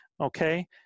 okay